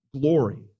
glory